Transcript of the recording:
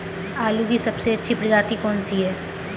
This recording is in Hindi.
आलू की सबसे अच्छी प्रजाति कौन सी है?